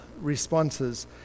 responses